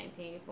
1984